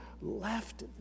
left